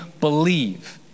believe